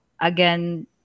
again